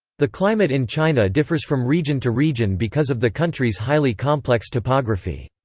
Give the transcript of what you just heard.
the climate in china differs from region to region because of the country's highly complex topography.